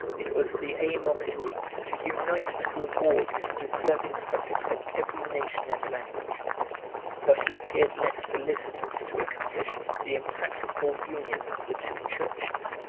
it was the aim of henry to unite and reward his deserving subjects, of every nation and language but he appeared less solicitous to accomplish the impracticable union of the two churches.